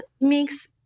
mix